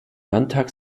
landtag